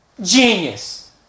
Genius